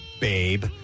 babe